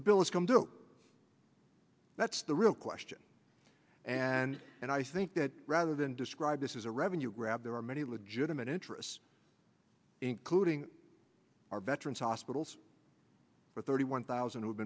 the bill is come due that's the real question and and i think that rather than describe this is a revenue grab there are many legitimate interests including our veterans hospitals for thirty one thousand who've